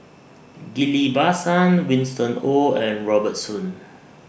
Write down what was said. Ghillie BaSan Winston Oh and Robert Soon